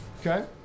Okay